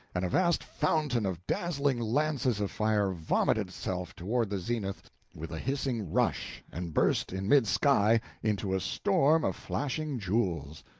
and a vast fountain of dazzling lances of fire vomited itself toward the zenith with a hissing rush, and burst in mid-sky into a storm of flashing jewels!